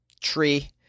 tree